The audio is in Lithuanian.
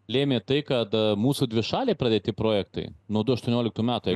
lėmė tai kad mūsų dvišaliai pradėti projektai nuo du aštuonioliktų metų